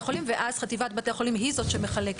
החולים וחטיבת בתי החולים היא זאת שמחלקת.